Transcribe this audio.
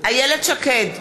איילת שקד,